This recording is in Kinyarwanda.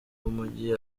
w’umujyi